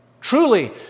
Truly